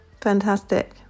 fantastic